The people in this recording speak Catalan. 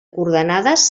coordenades